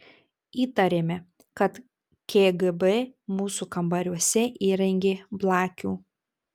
įtarėme kad kgb mūsų kambariuose įrengė blakių